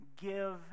give